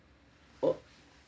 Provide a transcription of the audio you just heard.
oh